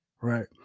Right